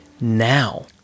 now